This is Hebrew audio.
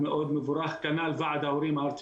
הוא יכול לתת כמה דוגמאות.